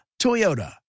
Toyota